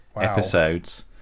episodes